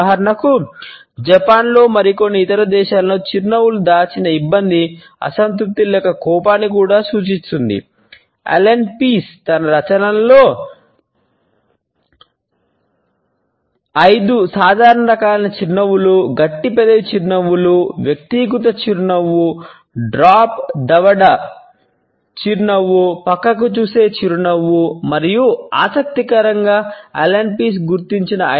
ఉదాహరణకు జపాన్లో తన రచనలలో 5 సాధారణ రకాల చిరునవ్వులను జాబితా చేసాడు కాని తరువాత పరిశోధకులు మరికొన్ని రకాలను చేర్చారు